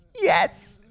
Yes